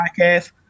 podcast